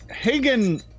Hagen